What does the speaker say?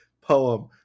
poem